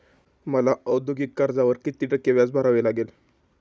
मला औद्योगिक कर्जावर किती टक्के व्याज भरावे लागेल?